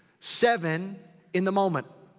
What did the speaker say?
seven in the moment.